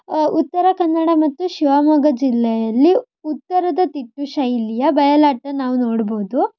ಉತ್ತರ ಕನ್ನಡ ಮತ್ತು ಶಿವಮೊಗ್ಗ ಜಿಲ್ಲೆಯಲ್ಲಿ ಉತ್ತರದ ತಿಟ್ಟು ಶೈಲಿಯ ಬಯಲಾಟ ನಾವು ನೋಡ್ಬೋದು